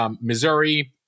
Missouri